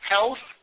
Health